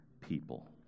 people